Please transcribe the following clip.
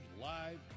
live